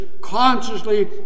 consciously